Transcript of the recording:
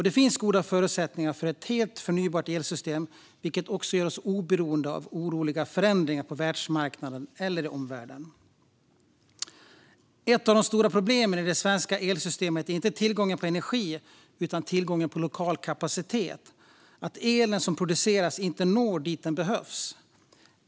Det finns goda förutsättningar för ett helt förnybart elsystem, vilket också gör oss oberoende av oroliga förändringar på världsmarknaden eller i omvärlden. Ett av de stora problemen i det svenska elsystemet är inte tillgången på energi utan tillgången på lokal kapacitet, att elen som produceras inte når dit där den behövs.